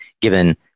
given